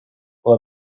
will